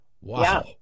Wow